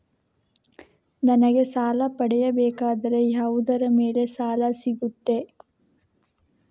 ನನಗೆ ಸಾಲ ಪಡೆಯಬೇಕಾದರೆ ಯಾವುದರ ಮೇಲೆ ಸಾಲ ಸಿಗುತ್ತೆ?